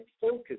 focus